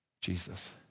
Jesus